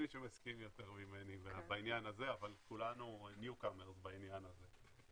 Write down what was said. מי שמסכים יותר ממני בעניין הזה אבל כולנו new comers בעניין הזה.